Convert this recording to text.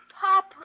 Papa